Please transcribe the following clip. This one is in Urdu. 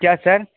کیا سر